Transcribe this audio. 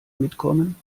mitkommen